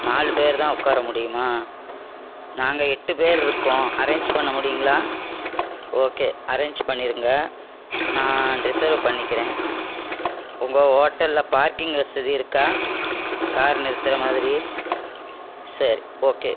நாலு பேரு தான் உட்கார முடியுமா நாங்கள் எட்டு பேர் இருக்கோம் அரேஞ்ச் பண்ண முடியுங்களா ஓகே அரேஞ்ச் பண்ணிருங்க நான் ரிசர்வு பண்ணிக்கிறேன் உங்கள் ஹோட்டலில் பார்க்கிங் வசதி இருக்கா கார் நிறுத்துகிற மாதிரி சரி ஓகே